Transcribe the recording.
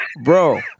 bro